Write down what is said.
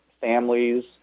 families